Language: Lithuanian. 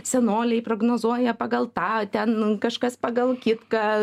senoliai prognozuoja pagal tą ten kažkas pagal kitką